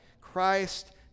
Christ